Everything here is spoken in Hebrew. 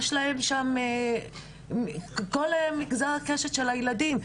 יש להם מכל קשת המגזרים של הילדים.